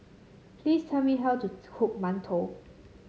please tell me how to cook Mantou